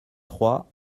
trois